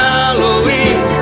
Halloween